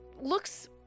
looks